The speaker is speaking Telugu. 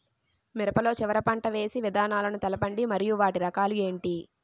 మిరప లో చివర పంట వేసి విధానాలను తెలపండి మరియు వాటి రకాలు ఏంటి